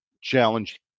challenge